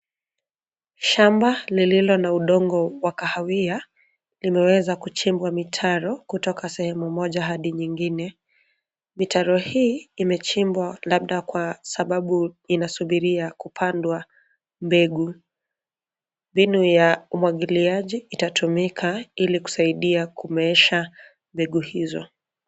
Shamba lililo na udonga wa kahawia limeweza kuchimbwa mitaro, kutoka sehemu moja hadi nyingine. Mitaro hii imechimbwa labda kwa sababu inasubiria kupandwa mbegu. Mbinu ya umwagiliaji itatumika ili kusaidia kumeesha mbegu hizo.